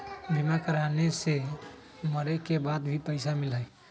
बीमा कराने से मरे के बाद भी पईसा मिलहई?